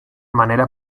manera